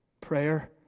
Prayer